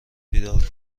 بیدار